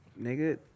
nigga